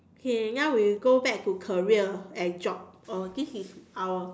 K now we go back to career and job oh this is our